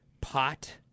pot